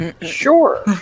Sure